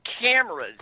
cameras